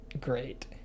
great